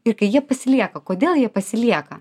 ir kai jie pasilieka kodėl jie pasilieka